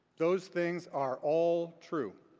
those things are all true.